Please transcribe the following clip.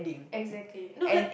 exactly no like